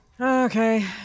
Okay